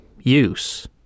use